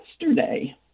yesterday